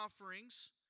offerings